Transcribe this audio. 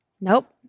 Nope